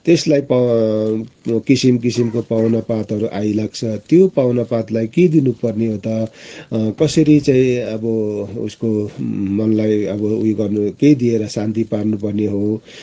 त्यसलाई प किसिम किसिमको पाहुनापातहरू आइलाग्छ त्यो पाहुना पातलाई के दिनुपर्ने हो त कसरी चाहिँ अब उसको मनलाई अब उयो गर्नु केही दिएर शान्ति पार्नु पर्ने हो